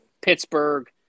Pittsburgh